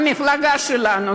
המפלגה שלנו,